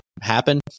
happen